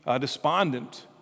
despondent